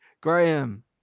Graham